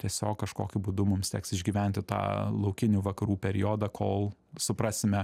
tiesiog kažkokiu būdu mums teks išgyventi tą laukinių vakarų periodą kol suprasime